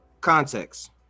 context